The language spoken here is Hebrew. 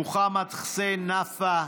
מוחמד חוסיין נפאע,